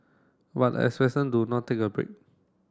but the expression do not take a break